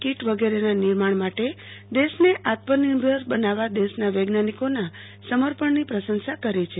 kit વગેરેના નિર્માણમાટે દેશને આત્મનિર્ભર બનાવવા દેશના વૈજ્ઞાનિકીના સમર્પણની પ્રશંસા કરી છે